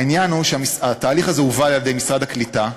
העניין הוא שהתהליך הזה הובל על-ידי משרד הקליטה,